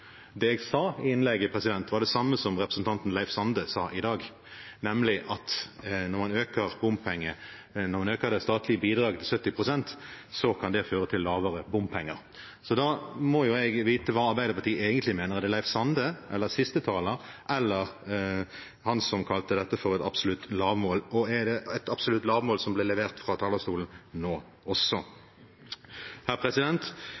Det jeg sa i innlegget, var det samme som representanten Leif Sande sa i dag, nemlig at når en øker det statlige bidraget til 70 pst., kan det føre til lavere bompengesatser. Da må jeg få vite hva Arbeiderpartiet egentlig mener: Er det det Leif Sande, siste taler eller han som kalte dette for et absolutt lavmål, mener? Og er det absolutt lavmål som ble levert fra talerstolen nå også?